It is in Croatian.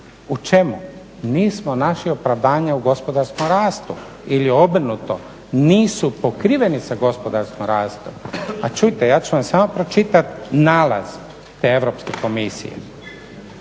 u čemu, nismo našli opravdanje u gospodarskom rastu ili obrnuto, nisu pokriveni sa gospodarskim rastom Čujte, ja ću vam samo pročitati nalaz te Europske komisije,